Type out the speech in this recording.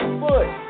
foot